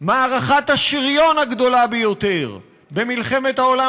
מערכת השריון הגדולה ביותר במלחמת העולם